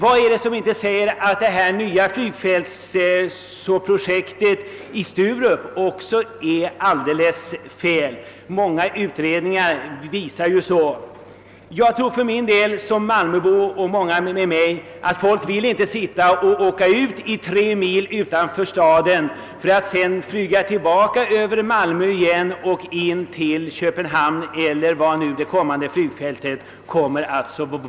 Vad är det som säger att inte det nya flygfältsprojektet i Sturup också är alldeles galet? Många utredningar visar detta. Som malmöbo tror jag liksom många med mig att när man skall flyga till Stockholm eller kontinenten folk inte vill åka 3 mil från staden för att sedan flyga tillbaka över Malmö igen till Danmark eller var nu det kommande storflygfältet skall placeras.